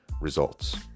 results